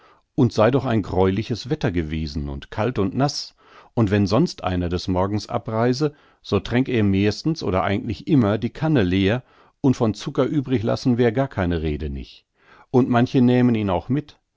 und sei doch ein gräuliches wetter gewesen und kalt und naß und wenn sonst einer des morgens abreise so tränk er mehrstens oder eigentlich immer die kanne leer un von zucker übrig lassen wär gar keine rede nich und manche nähmen ihn auch mit